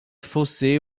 fossé